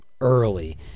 early